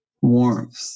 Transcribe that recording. warmth